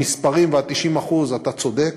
במספרים וב-90% אתה צודק.